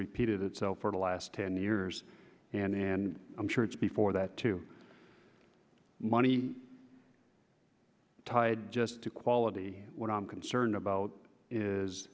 repeated itself for the last ten years and and i'm sure it's before that to money tied just to quality what i'm concerned about is